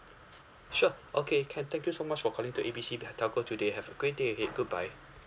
sure okay can thank you so much for calling to A B C telco today have a great day ahead goodbye